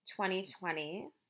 2020